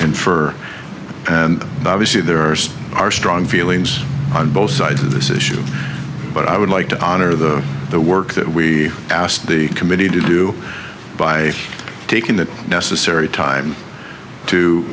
for and obviously there are some are strong feelings on both sides of this issue but i would like to honor the the work that we asked the committee to do by taking the necessary time to